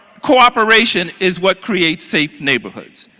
cooperation is what creates safe neighborhoods.